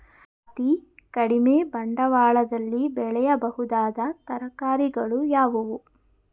ಅತೀ ಕಡಿಮೆ ಬಂಡವಾಳದಲ್ಲಿ ಬೆಳೆಯಬಹುದಾದ ತರಕಾರಿಗಳು ಯಾವುವು?